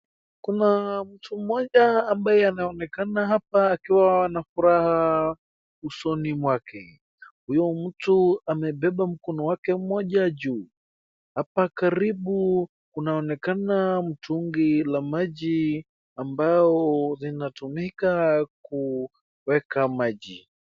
Kuna mtu mmoja ambaye anaonekana hapa akiwa na furaha usoni mwake. Huyo mtu amebeba mkono wake mmoja juu, hapa karibu kunaonekana mtu la maji ambao linatumika kuweka maji.